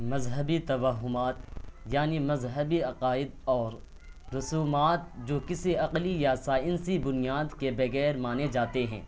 مذہبی توہمات یعنی مذہبی عقائد اور رسومات جو کسی عقلی یا سائنسی بنیاد کے بغیر مانے جاتے ہیں